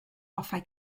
hoffai